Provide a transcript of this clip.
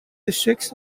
districts